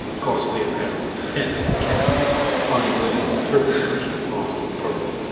costly apparel, tents, and canopies, fine linen, turkey cushions boss'd with pearl,